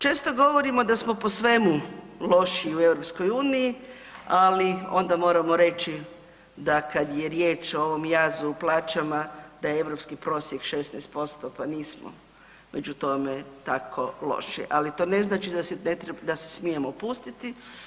Često govorimo da smo po svemu lošiji u EU, ali onda moramo reći da kad je riječ o ovom jazu u plaćama da je europski prosjek 16% pa nismo među tome tako loši, ali to ne znači da se smijemo opustiti.